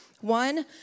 one